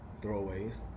throwaways